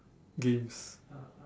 games